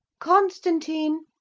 constantine!